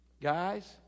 guys